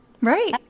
Right